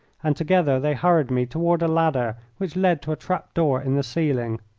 and together they hurried me toward a ladder which led to a trap-door in the ceiling.